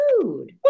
food